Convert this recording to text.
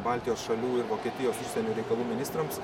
baltijos šalių ir vokietijos užsienio reikalų ministrams